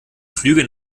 flüge